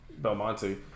belmonte